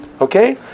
Okay